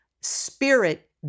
spirit